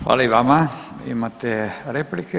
Hvala i vama, imate replike.